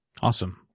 Awesome